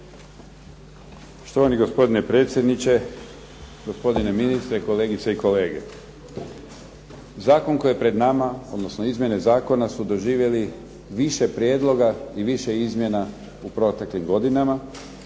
Štovani gospodine predsjedniče, gospodine ministre, kolegice i kolege. Zakon koji je pred nama, odnosno izmjene zakona su doživjeli više prijedloga i više izmjena u proteklim godinama,